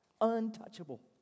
untouchable